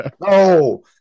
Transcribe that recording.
No